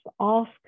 ask